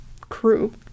crew